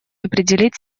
определить